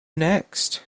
next